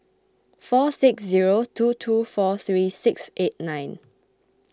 four six zero two two four three six eight nine